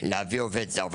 להביא עובד זר,